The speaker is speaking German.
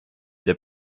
der